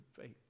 faith